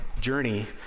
journey